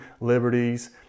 liberties